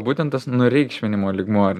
būtent tas nureikšminimo lygmuo ar